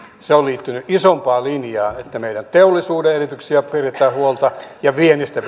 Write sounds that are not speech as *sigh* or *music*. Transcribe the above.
se on liittynyt siihen isompaan linjaan että meidän teollisuuden edellytyksistä pidetään huolta ja viennistä *unintelligible*